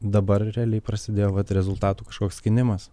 dabar realiai prasidėjo vat rezultatų kažkoks skynimas